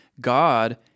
God